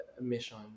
mission